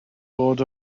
bod